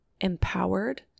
empowered